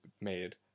made